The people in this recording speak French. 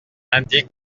indique